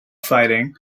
fighting